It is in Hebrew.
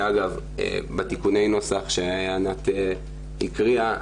שאגב בתיקוני נוסח שענת הקריאה,